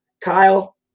Kyle